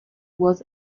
was